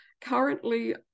Currently